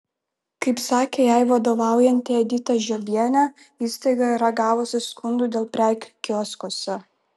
kaip sakė jai vadovaujanti edita žiobienė įstaiga yra gavusi skundų dėl prekių kioskuose